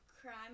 crime